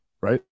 right